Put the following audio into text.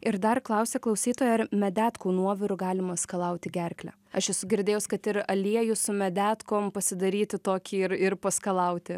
ir dar klausė klausytoja ar medetkų nuoviru galima skalauti gerklę aš esu girdėjus kad ir aliejų su medetkom pasidaryti tokį ir ir paskalauti